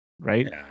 right